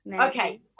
Okay